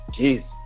Jeez